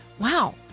wow